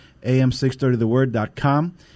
am630theword.com